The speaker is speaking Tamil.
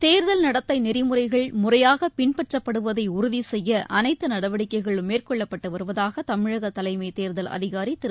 தேர்தல் நடத்தை நெறிமுறைகள் முறையாக பின்பற்றப்படுவதை உறுதி செய்ய அனைத்து நடவடிக்கைகளும் மேற்கொள்ளப்பட்டு வருவதாக தமிழக தலைமைத் தேர்தல் அதிகாரி திரு